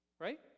right